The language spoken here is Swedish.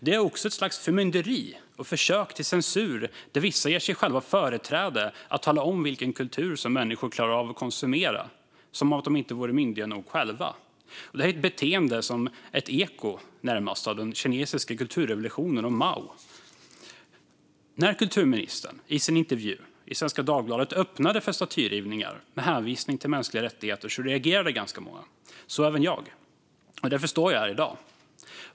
Det är också ett slags förmynderi och försök till censur. Vissa ger sig själva företräde att tala om vilken kultur som människor klarar av att konsumera, som om de inte vore myndiga nog själva. Detta beteende är närmast ett eko av den kinesiska kulturrevolutionen och Mao. När kulturministern i sin intervju i Svenska Dagbladet öppnade för statyrivningar med hänsyn till mänskliga rättigheter reagerade många, även jag. Därför står jag här i dag.